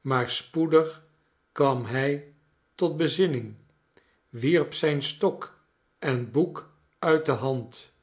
maar spoedig kwam hij tot bezinning wierp zijn stok en boek uit dehand